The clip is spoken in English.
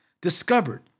discovered